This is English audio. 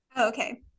okay